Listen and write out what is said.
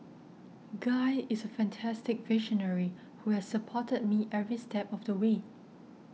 guy is a fantastic visionary who has supported me every step of the way